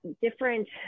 different